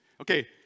Okay